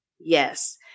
yes